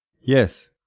Yes